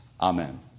Amen